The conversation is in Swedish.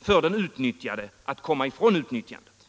för den utnyttjade att Komma ifrån utnyttjandet.